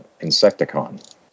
insecticon